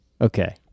Okay